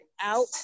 out